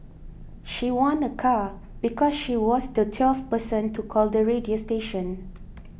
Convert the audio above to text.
she won a car because she was the twelfth person to call the radio station